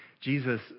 Jesus